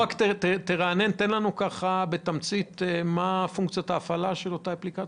--- תרענן לנו מה פונקציית ההפעלה של אותה אפליקציה.